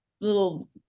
little